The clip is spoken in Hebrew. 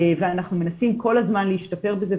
ואנחנו מנסים כל הזמן להשתפר בזה.